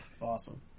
Awesome